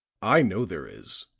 i know there is,